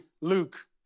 Luke